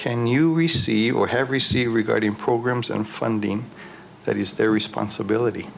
can you receive or have received regarding programs and funding that is their responsibility